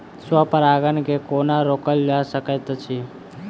स्व परागण केँ कोना रोकल जा सकैत अछि?